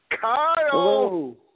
Kyle